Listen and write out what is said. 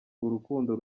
urukundo